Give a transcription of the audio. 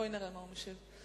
נראה מה הוא משיב.